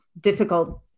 difficult